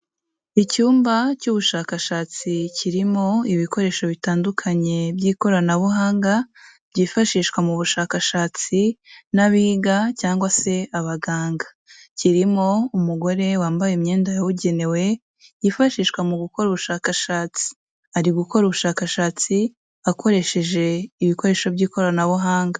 Icyumba cy'ubushakashatsi kirimo ibikoresho bitandukanye by'ikoranabuhanga byifashishwa mu bushakashatsi n'abiga cyangwa se abaganga. Kirimo umugore wambaye imyenda yabugenewe, yifashishwa mu gukora ubushakashatsi. Ari gukora ubushakashatsi akoresheje ibikoresho by'ikoranabuhanga.